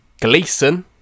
Gleason